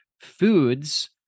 foods